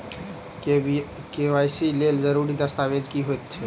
KYC लेल जरूरी दस्तावेज की होइत अछि?